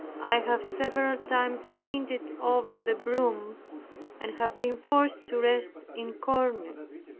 i have several times fainted over the broom and have been forced to rest in corners.